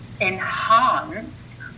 enhance